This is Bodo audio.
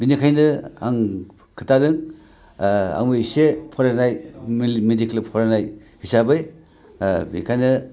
बिनिखायनो आं खोनथादों आंबो एसे फरायनाय मेडिकेल फरायनाय हिसाबै बेखायनो